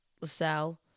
LaSalle